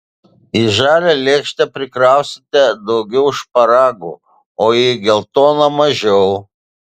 į žalią lėkštę prikrausite daugiau šparagų o į geltoną mažiau